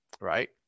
right